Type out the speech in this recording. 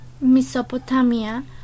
mesopotamia